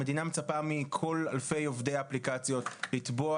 המדינה מצפה מכל אלפי עובדי האפליקציות לתבוע